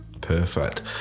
Perfect